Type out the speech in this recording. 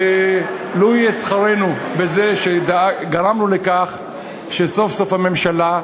לו יהיה שכרנו בכך שגרמנו לכך שסוף-סוף הממשלה,